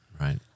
right